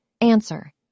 Answer